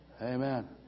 Amen